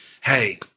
hey